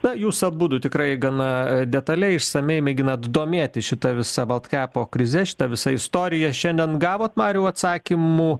na jūs abudu tikrai gana detaliai išsamiai mėginat domėtis šita visa baltkepo krize šita visa istorija šiandien gavot mariau atsakymų